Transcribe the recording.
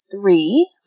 three